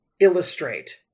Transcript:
illustrate